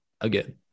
again